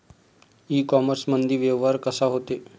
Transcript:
इ कामर्समंदी व्यवहार कसा होते?